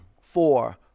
four